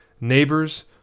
neighbors